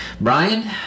Brian